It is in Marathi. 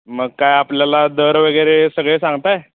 मग काय आपल्याला दर वगैरे सगळे सांगताय